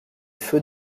feux